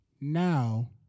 now